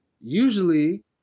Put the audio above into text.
usually